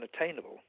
unattainable